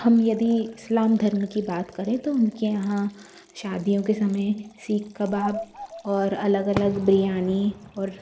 हम यदि इस्लाम धर्म की बात करें तो उनके यहाँ शादियों के समय सीक कबाब और अलग अलग बिरयानी और